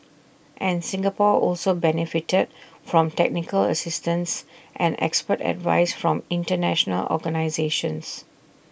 and Singapore also benefited from technical assistance and expert advice from International organisations